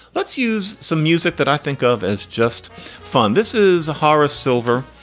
let's use some music that i think of as just fun. this is horace silver.